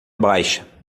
baixa